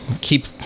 keep